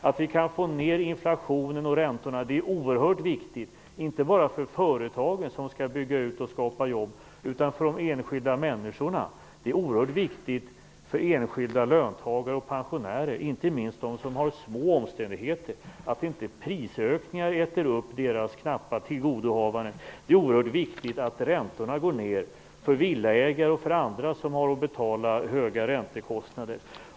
Att vi kan få ned inflationen och räntorna är oerhört viktigt, inte bara för företagen som skall bygga ut och skapa jobb utan också för de enskilda människorna. Det är oerhört viktigt för enskilda löntagare och pensionärer, inte minst för dem som har små omständigheter, att prisökningar inte äter upp deras knappa tillgodohavanden. Det är oerhört viktigt att räntorna går ned för villaägare och andra som har att betala höga räntekostnader.